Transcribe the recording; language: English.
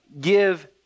give